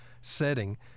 setting